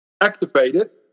activated